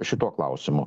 šituo klausimu